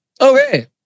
Okay